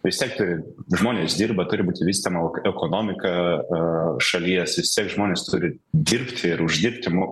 vistiek turi žmonės dirba turi būti vystoma ekonomika šalies vistiek žmonės turi dirbti ir uždirbti mo